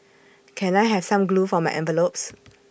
can I have some glue for my envelopes